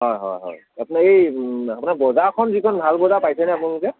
হয় হয় হয় আপুনি এই আপোনাৰ বজাৰখন যিখন ভাল বজাৰ পাইছেনে আপোনালোকে